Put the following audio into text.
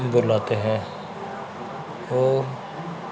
بلاتے ہیں اور